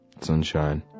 sunshine